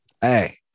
Hey